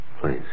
please